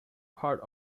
part